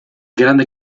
grande